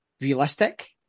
realistic